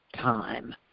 time